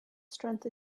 strength